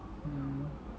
mm